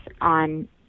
on